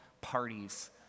parties